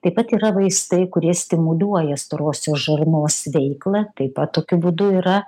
taip pat yra vaistai kurie stimuliuoja storosios žarnos veiklą taip pat tokiu būdu yra